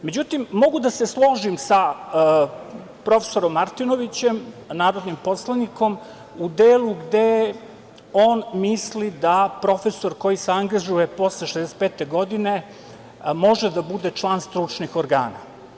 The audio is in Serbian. Međutim, mogu da se složim sa profesorom Martinovićem, narodnim poslanikom, u delu gde on misli da profesor koji se angažuje posle 65. godine može da bude član stručnih organa.